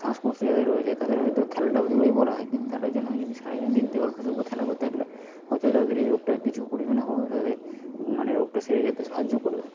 শ্বাসকষ্ট যাদের রয়েছে তাদের হয়তো খেলাটা ওদেরও বলা হয় কিন্তু তারা যেন যদি শারীরিক দিক দিয়ে অল্পস্বল্প খেলা করতে থাকলে হয়তো এর আগের এই রোগটা কিছু পরিমাণে হলেও তাদের মানে রোগটা সেরে যেতে সাহায্য করবে